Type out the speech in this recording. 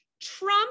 trump